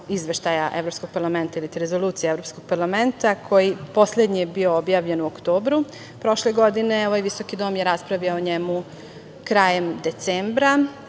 Izveštaja od Evropskog parlamenta, iliti rezolucije Evropskog parlamenta, koji je poslednji bio objavljen u oktobru prošle godine. Ovaj visoki dom je raspravljao o njemu krajem decembra